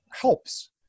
helps